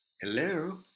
Hello